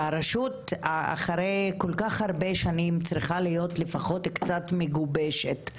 הרשות אחרי כל כך הרבה שנים צריכה להיות לפחות קצת מגובשת,